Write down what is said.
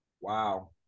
Wow